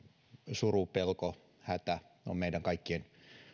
suru pelko hätä on meidän kaikkien